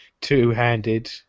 two-handed